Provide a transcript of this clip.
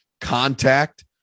contact